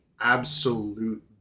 absolute